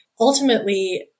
ultimately